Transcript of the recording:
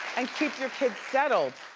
and keep your kids settled.